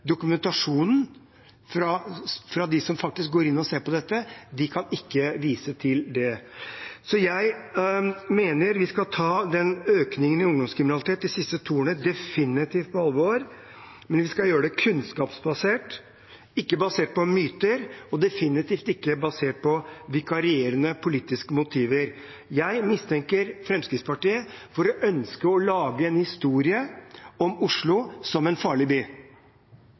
Dokumentasjonen fra dem som faktisk går inn og ser på dette, kan ikke vise til det. Jeg mener at vi definitivt skal ta økningen i ungdomskriminalitet de siste to årene på alvor, men vi skal gjøre det kunnskapsbasert, ikke basert på myter, og definitivt ikke basert på vikarierende politiske motiver. Jeg mistenker Fremskrittspartiet for å ønske å lage en historie om Oslo som en farlig